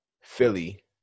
philly